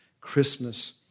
Christmas